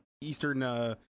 Eastern